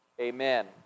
Amen